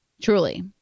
Truly